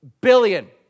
billion